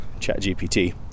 ChatGPT